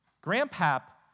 Grandpap